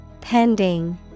Pending